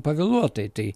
pavėluotai tai